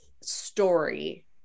story